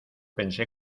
pensé